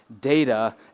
data